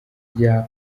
rya